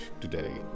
today